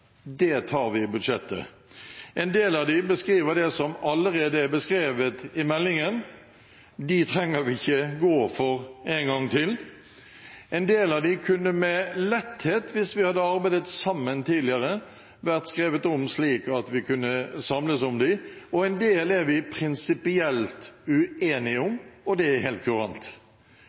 det tar vi i budsjettet. En del av dem beskriver det som allerede er beskrevet i meldingen – dem trenger vi ikke gå for en gang til. En del av dem kunne med letthet – hvis vi hadde arbeidet sammen tidligere – vært skrevet om, slik at vi kunne samles om dem. Og en del er vi prinsipielt uenige om. Det er helt